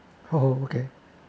oh okay